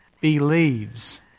believes